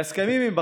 להסכמים עם בחריין,